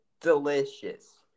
delicious